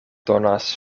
donas